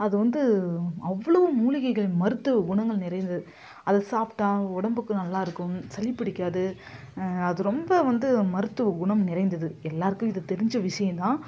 அது வந்து அவ்வளோ மூலிகைகள் மருத்துவ குணங்கள் நிறைந்தது அது சாப்பிட்டா அவங்க உடம்புக்கு நல்லாயிருக்கும் சளி பிடிக்காது அது ரொம்ப வந்து மருத்துவ குணம் நிறைந்தது எல்லோருக்கும் இது தெரிஞ்ச விஷயந்தான்